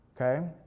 okay